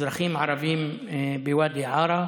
אזרחים ערבים בוואדי עארה,